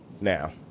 now